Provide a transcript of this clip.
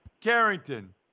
Carrington